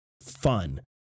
fun